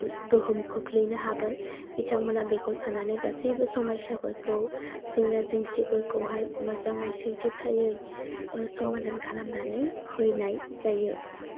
गोहोम खोख्लिैनो हागोन बिथांमोना बेखौ साननानै गासैबो समायसाफोरखौ जेंना जेंसिफोरखौहाय मोजांयै सैथोथायै समादान खालामनानै होनाय जायो